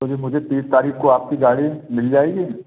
तो फिर मुझे तीस तारीख़ को आपकी गाड़ी मिल जाएगी